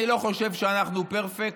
אני לא חושב שאנחנו פרפקט,